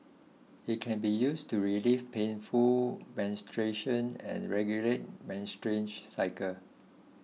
it can be used to relieve painful menstruation and regulate menstruation cycle